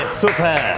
super